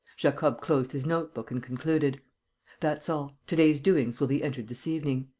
jacob closed his note-book and concluded that's all. to-day's doings will be entered this evening.